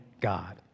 God